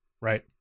Right